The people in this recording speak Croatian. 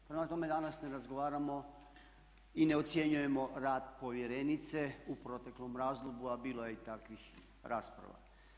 Prema tome, danas ne razgovaramo i ne ocjenjujemo rad povjerenice u proteklom razdoblju a bilo je i takvih rasprava.